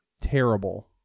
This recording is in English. terrible